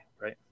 right